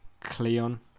Cleon